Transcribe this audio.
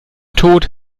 tot